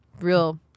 real